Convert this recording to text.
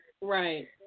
Right